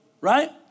right